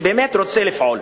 שבאמת רוצה לפעול